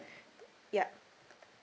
yup